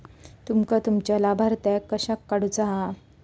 तुमका तुमच्या लाभार्थ्यांका कशाक काढुचा हा?